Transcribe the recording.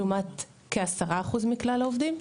לעומת כ- 10% מכלל העובדים.